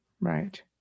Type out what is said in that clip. Right